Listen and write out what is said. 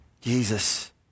Jesus